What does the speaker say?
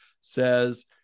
says